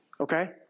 Okay